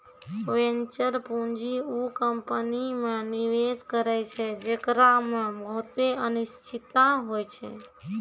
venture पूंजी उ company मे निवेश करै छै जेकरा मे बहुते अनिश्चिता होय छै